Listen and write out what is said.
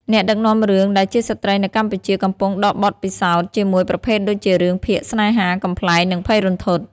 អ្នកដឹកនាំរឿងដែលជាស្ត្រីនៅកម្ពុជាកំពុងដកពិសោធជាមួយប្រភេទដូចជារឿងភាគស្នេហា កំប្លែង និងភ័យរន្ធត់។